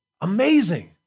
amazing